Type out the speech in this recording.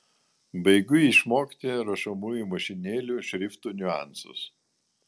baigiu išmokti rašomųjų mašinėlių šriftų niuansus